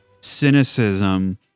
cynicism